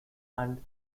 and